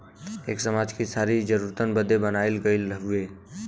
एक समाज कि सारी जरूरतन बदे बनाइल गइल हउवे